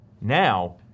Now